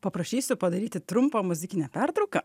paprašysiu padaryti trumpą muzikinę pertrauką